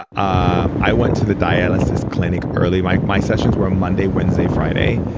ah ah i went to the dialysis clinic early. my my sessions were monday, wednesday, friday.